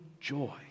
joy